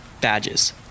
badges